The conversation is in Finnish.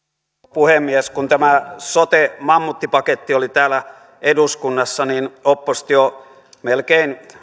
puhemies kun tämä sote mammuttipaketti oli täällä eduskunnassa oppositio melkein